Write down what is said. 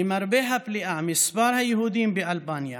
למרבה הפליאה, מספר היהודים באלבניה